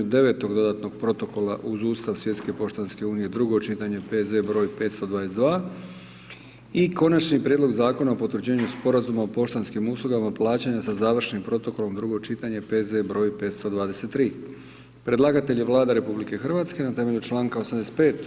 devetog dodatnog protokola uz Ustav Svjetske poštanske unije, drugo čitanje, P.Z. br. 522 i - Konačni prijedlog Zakona o potvrđivanju Sporazuma o poštanskim uslugama plaćanja sa završnim protokolom, drugo čitanje, P.Z. br. 523 Predlagatelj je Vlada RH na temelju čl. 85.